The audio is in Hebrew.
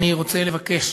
אני רוצה לבקש,